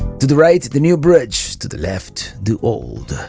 to the right, the new bridge. to the left, the old.